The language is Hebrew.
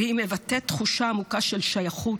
והיא מבטאת תחושה עמוקה של שייכות,